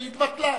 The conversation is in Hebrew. והתבטלה.